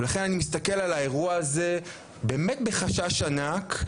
ולכן אני מסתכל על האירוע הזה באמת בחשש ענק,